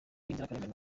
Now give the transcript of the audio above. inzirakarengane